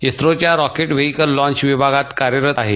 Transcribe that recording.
ईस्रोच्या rocket vehicle launch विभागात कार्यरत आहे